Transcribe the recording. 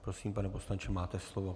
Prosím, pane poslanče, máte slovo.